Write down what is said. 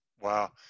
Wow